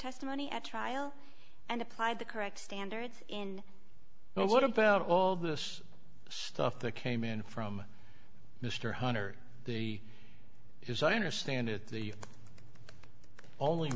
testimony at trial and applied the correct standards in what about all this stuff that came in from mr hunter the is i understand it the only